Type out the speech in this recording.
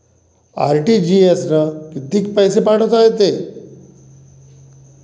RTGS न कितीक पैसे पाठवता येते?